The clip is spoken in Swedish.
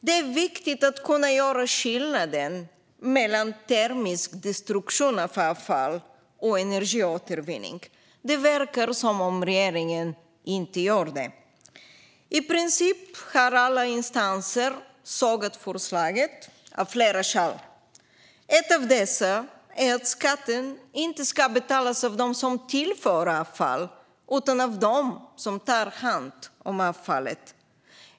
Det är viktigt att kunna göra skillnad mellan termisk destruktion av avfall och energiåtervinning. Det verkar inte som att regeringen gör det. I princip alla instanser har sågat förslaget, av flera skäl. Ett av dessa är att skatten inte ska betalas av dem som tillför avfallet utan av dem som tar hand om avfallet.